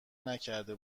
نکرده